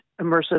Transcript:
immersive